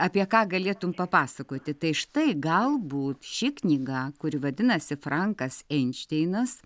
apie ką galėtum papasakoti tai štai galbūt ši knyga kuri vadinasi frankas einšteinas